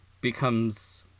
becomes